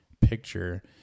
picture